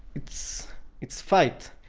it's it's fight.